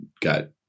got